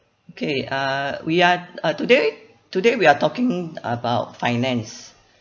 okay uh we are uh today today we are talking about finance